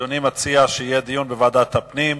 אדוני מציע שיהיה דיון בוועדת הפנים.